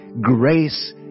Grace